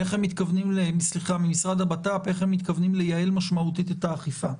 איך הם מתכוונים לייעל משמעותית את האכיפה.